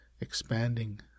expanding